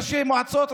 ראשי מועצות,